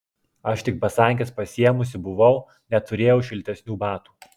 aš tik basankes pasiėmusi buvau neturėjau šiltesnių batų